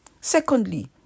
Secondly